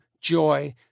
joy